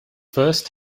first